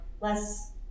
less